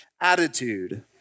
attitude